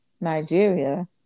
Nigeria